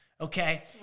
okay